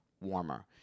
warmer